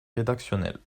rédactionnel